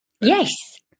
Yes